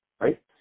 right